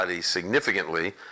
significantly